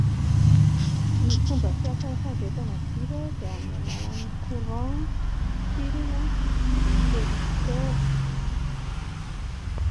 Ny fomba fiasan'ny fandrehetana jiro dia amin'ny alalan'ny courant, fil, intérrupteur